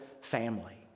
family